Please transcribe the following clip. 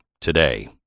today